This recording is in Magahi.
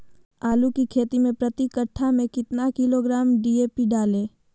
आलू की खेती मे प्रति कट्ठा में कितना किलोग्राम डी.ए.पी डाले?